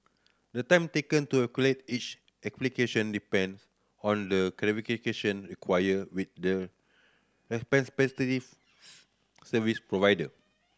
the time taken to each application depends on the clarification required with the service provider